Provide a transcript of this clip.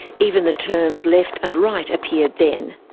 even the terms left and right appeared then.